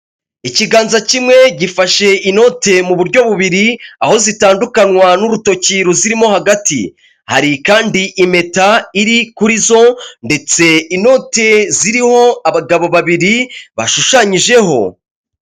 Ikiganza kimwe gifashe inote mu buryo bubiri aho zitandukanywa n'urutoki ruzirimo hagati, hari kandi impeta iri kuri zo ndetse inoti ziriho abagabo babiri bashushanyijeho.